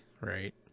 Right